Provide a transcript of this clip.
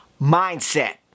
Mindset